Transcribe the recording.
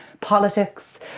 politics